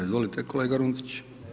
Izvolite kolega Runtić.